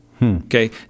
Okay